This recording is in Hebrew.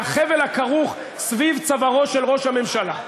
מהחבל הכרוך סביב צווארו של ראש הממשלה.